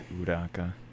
Udaka